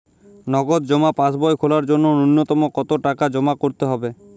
নগদ জমা পাসবই খোলার জন্য নূন্যতম কতো টাকা জমা করতে হবে?